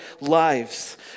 lives